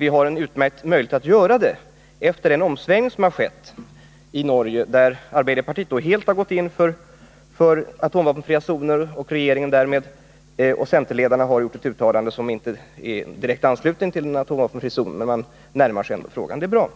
Vi har en utmärkt möjlighet att göra det efter den omsvängning som skett i Norge, där arbeiderpartiet helt gått in för atomvapenfria zoner och där centerledaren gjort ett uttalande, som visserligen inte är i direkt anslutning men som ändå närmar sig frågan. Det är ju bra.